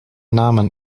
namen